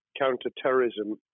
counter-terrorism